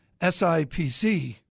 SIPC